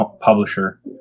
publisher